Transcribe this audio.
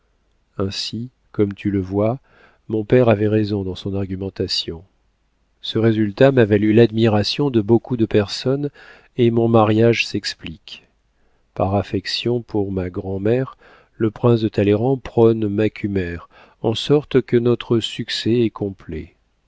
ainsi comme tu le vois mon père avait raison dans son argumentation ce résultat m'a valu l'admiration de beaucoup de personnes et mon mariage s'explique par affection pour ma grand'mère le prince de talleyrand prône macumer en sorte que notre succès est complet